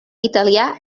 italià